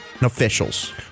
officials